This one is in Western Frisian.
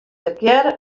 tegearre